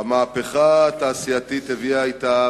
המהפכה התעשייתית הביאה אתה,